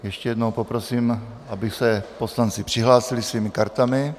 Ještě jednou poprosím, aby se poslanci přihlásili svými kartami.